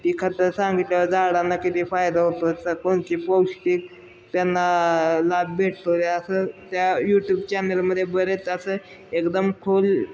ती खतं सांगितलं झाडांना किती फायदा होतो असतं कोणती पौष्टिक त्यांना लाभ भेटतो आहे असं त्या यूट्यूब चॅनलमध्ये बरेच असं एकदम खूल